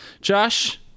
Josh